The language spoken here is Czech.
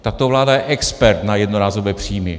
Tato vláda je expert na jednorázové příjmy.